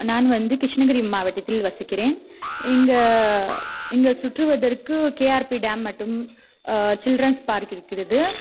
நான் வந்து கிருஷ்ணகிரி மாவட்டத்தில் வசிக்கிறேன் இங்கே இங்கே சுற்றுவதற்க்கு கேஆர்பி டேம் மட்டும் சில்ரன்ஸ் பார்க் இருக்கிறது